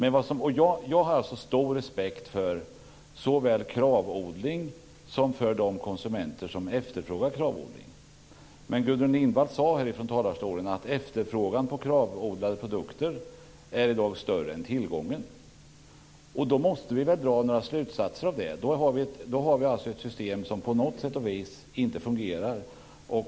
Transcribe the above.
Jag har stor respekt för såväl KRAV-odling som de konsumenter som efterfrågar KRAV-odling. Gudrun Lindvall sade här från talarstolen att efterfrågan på KRAV-odlade produkter i dag är större än tillgången. Vi måste väl dra några slutsatser av det. Då har vi ett system som på något sätt inte fungerar.